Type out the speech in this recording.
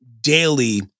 daily